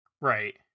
Right